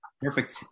Perfect